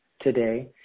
today